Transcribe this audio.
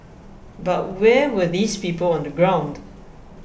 but where were these people on the ground